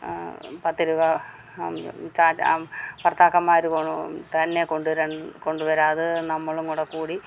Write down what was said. പത്ത് രൂപ സ ഭർത്താക്കന്മാർ കൊ തന്നെ കൊണ്ടുവരാൻ കൊണ്ടുവരാതെ നമ്മളും കൂടെ കൂടി